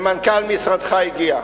ומנכ"ל משרדך הגיע.